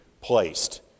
placed